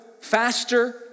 faster